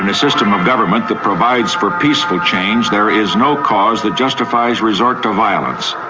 and system of government that provides for peaceful change there is no cause that justifies resort to violence.